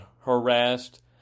harassed